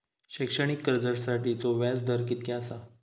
शैक्षणिक कर्जासाठीचो व्याज दर कितक्या आसा?